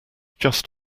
just